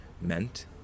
meant